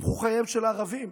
קופחו חייהם של ערבים,